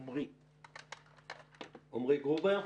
עמרי גרובר,